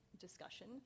discussion